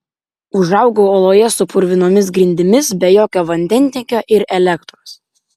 užaugau oloje su purvinomis grindimis be jokio vandentiekio ir elektros